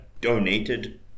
donated